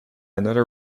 another